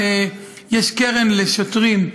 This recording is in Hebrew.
שיש קרן לשוטרים,